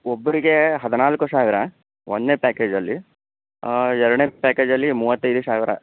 ಒಬ್ಬರಿಗೆ ಹದಿನಾಲ್ಕು ಸಾವಿರ ಒಂದನೆಯ ಪ್ಯಾಕೇಜಲ್ಲಿ ಎರಡನೇ ಪ್ಯಾಕೇಜಲ್ಲಿ ಮೂವತ್ತೈದು ಸಾವಿರ